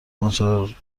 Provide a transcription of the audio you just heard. کنتورهای